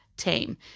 team